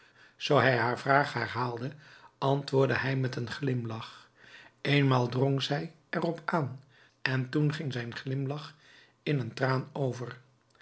zoo zij haar vraag herhaalde antwoordde hij met een glimlach eenmaal drong zij er op aan en toen ging zijn glimlach in een traan over